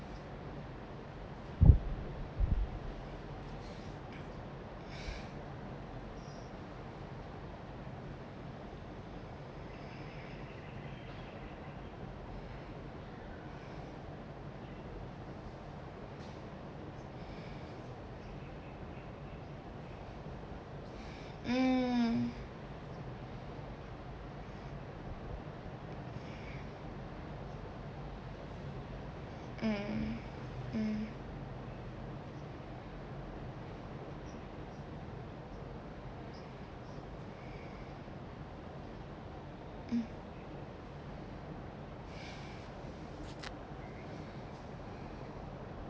mm mm mm mm